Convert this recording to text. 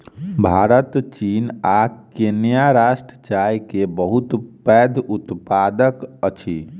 भारत चीन आ केन्या राष्ट्र चाय के बहुत पैघ उत्पादक अछि